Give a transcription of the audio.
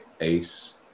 Ace